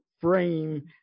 frame